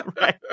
Right